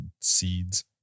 seeds